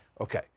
Okay